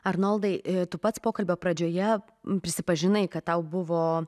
arnoldai tu pats pokalbio pradžioje prisipažinai kad tau buvo